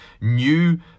new